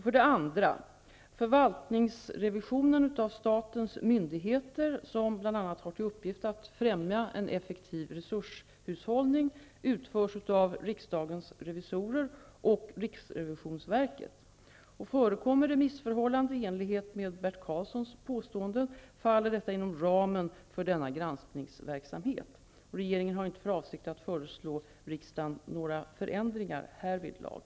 För det andra: Förvaltningsrevisionen av statens myndigheter, som bl.a. har till uppgift att främja en effektiv resurshushållning, utförs av riksdagens revisorer och riksrevisionsverket. Förekommer missförhållanden i enlighet med Bert Karlssons påståenden faller detta inom ramen för denna granskningsverksamhet. Regeringen har inte för avsikt att föreslå riksdagen några förändringar härvidlag.